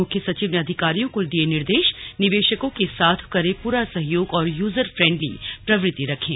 मुख्य सचिव ने अधिकारियों को दिये निर्देश निवेशकों के साथ करें पूरा सहयोग और यूजर फ्रेंडली प्रवृति रखें